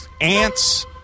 Ants